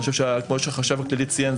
כמו שהחשב הכללי ציין,